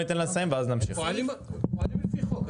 הם פועלים לפי חוק.